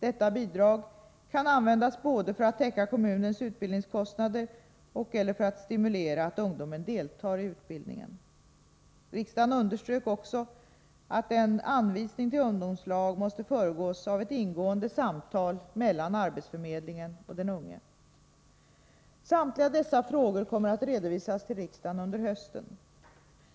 Detta bidrag kan användas för att täcka kommunens utbildningskostnader och/eller för att stimulera att ungdomen deltar i utbildningen. Riksdagen underströk också att en anvisning till ungdomslag måste föregås av ett ingående samtal mellan arbetsförmedlingen och den unge. Samtliga dessa frågor kommer att redovisas till riksdagen under hösten.